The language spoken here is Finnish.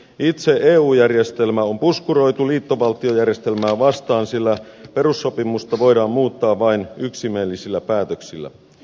itse eu järjestelmä on puskuroitu liittovaltiojärjestelmää vastaan sillä perussopimusta voidaan muuttaa vain yksimielisillä päätöksillä